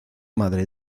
madre